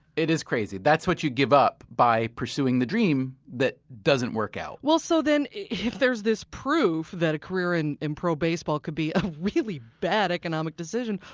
it is crazy. that's what you give up by pursuing the dream that doesn't work out well so then, if there's this proof that a career in in pro baseball could be a really bad economic decision,